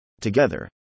Together